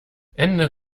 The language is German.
ende